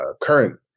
current